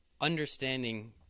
understanding